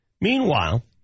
Meanwhile